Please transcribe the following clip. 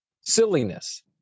silliness